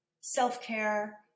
self-care